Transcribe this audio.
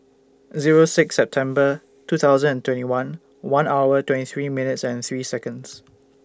Zero six September two thousand and twenty one one hour twenty three minutes and three Seconds